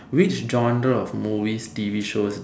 which genre of movies T_V shows